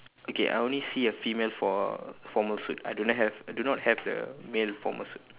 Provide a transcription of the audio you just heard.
okay I only see a female for~ formal suit I do not have I do not have the male formal suit